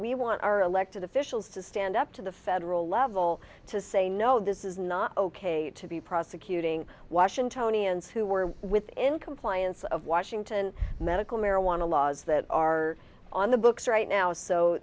we want our elected officials to stand up to the federal level to say no this is not ok to be prosecuting washingtonians who were within compliance of washington medical marijuana laws that are on the books right now so